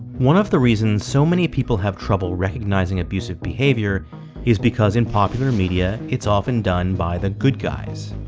one of the reasons so many people have trouble recognizing abusive behavior is because in popular media, it's often done by the good guys